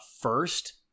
first